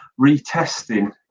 retesting